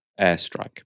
airstrike